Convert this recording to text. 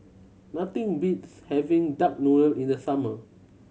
nothing beats having duck noodle in the summer